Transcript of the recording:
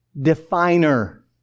definer